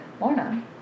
Lorna